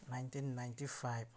nineteen ninety five